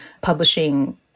publishing